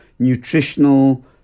nutritional